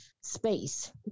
space